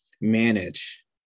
manage